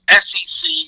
SEC